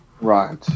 right